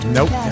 Nope